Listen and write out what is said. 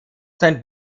sein